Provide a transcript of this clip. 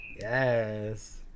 Yes